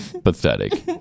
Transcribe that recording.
Pathetic